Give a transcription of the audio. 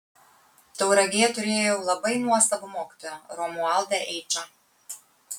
tauragėje turėjau labai nuostabų mokytoją romualdą eičą